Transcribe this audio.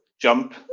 jump